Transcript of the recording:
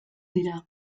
dira